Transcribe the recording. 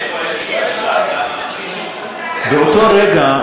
באותו רגע,